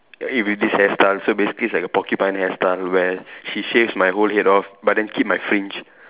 if in this hairstyle so basically it's like this porcupine hairstyle where she shaves my whole head off but then keep my fringe